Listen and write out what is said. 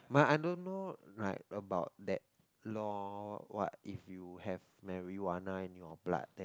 but I don't know like about that law what if you have marijuana in your blood then